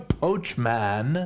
poachman